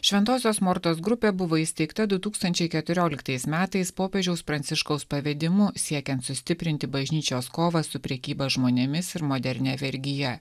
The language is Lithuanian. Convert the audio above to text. šventosios mortos grupė buvo įsteigta du tūkstančiai keturioliktais metais popiežiaus pranciškaus pavedimu siekiant sustiprinti bažnyčios kovą su prekyba žmonėmis ir modernia vergija